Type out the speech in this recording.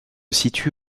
situe